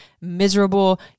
miserable